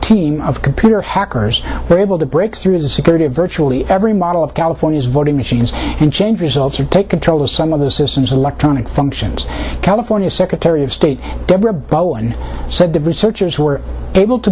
team of computer hackers were able to break through the security of virtually every model of california's voting machines and change results or take control of some other systems electronic functions california secretary of state deborah bowen said the researchers were able to